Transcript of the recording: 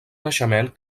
naixement